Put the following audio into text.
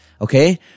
Okay